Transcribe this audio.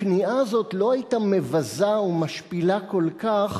הכניעה הזאת לא היתה מבזה ומשפילה כל כך